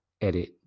edit